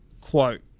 quote